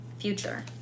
future